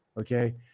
Okay